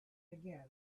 again